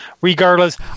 Regardless